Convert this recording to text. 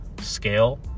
scale